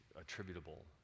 attributable